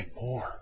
more